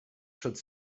should